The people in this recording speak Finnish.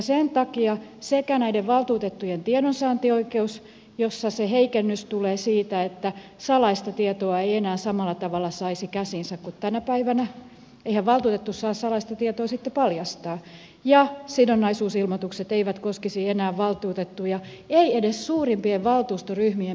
sen takia näiden valtuutettujen tiedonsaantioikeus jossa se heikennys tulee siitä että salaista tietoa ei enää samalla tavalla saisi käsiinsä kuin tänä päivänä eihän valtuutettu saa salaista tietoa sitten paljastaa ja sidonnaisuusilmoitukset eivät koskisi enää valtuutettuja ei edes suurimpien valtuustoryhmien pääneuvottelijoita ryhmänjohtajia